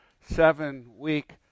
seven-week